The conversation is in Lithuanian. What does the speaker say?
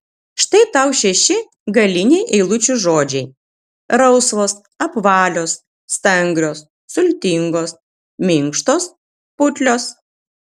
štai tau šeši galiniai eilučių žodžiai rausvos apvalios stangrios sultingos minkštos putlios